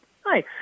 Hi